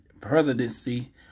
presidency